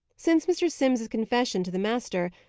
since mr. simms's confession to the master,